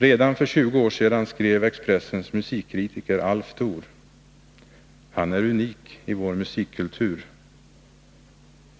Redan för 20 år sedan skrev Expressens musikkritiker Alf Thoor: ”Han är unik i vår musikkultur.